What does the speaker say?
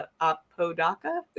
Apodaca